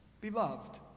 beloved